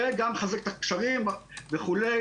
ומחזק את הקשרים וכו',